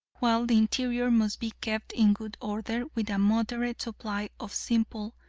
while the interior must be kept in good order with a moderate supply of simple,